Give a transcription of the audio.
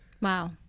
Wow